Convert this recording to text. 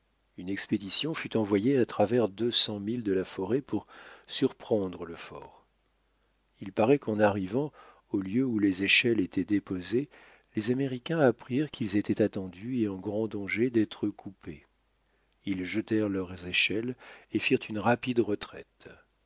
une expédition fut envoyée à travers deux cents milles de la forêt pour surprendre le fort il paraît qu'en arrivant au lieu où les échelles étaient déposées les américains apprirent qu'ils étaient attendus et en grand danger d'être coupés ils jetèrent leurs échelles et firent une rapide retraite